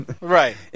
Right